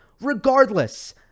regardless